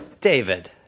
David